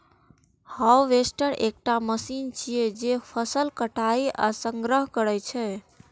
harvester एकटा machine छियै, जे फसलक कटाइ आ संग्रहण करै छै